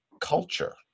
culture